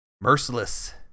merciless